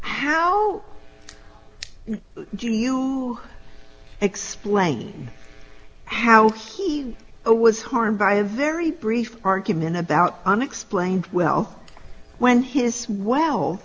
how do you explain how he was harmed by a very brief argument about unexplained well when his w